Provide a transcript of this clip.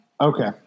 Okay